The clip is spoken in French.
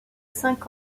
cinq